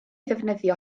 ddefnyddio